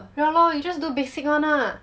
yeah lor you just do basic [one] lah